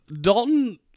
Dalton